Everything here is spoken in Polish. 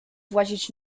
włazić